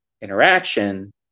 interaction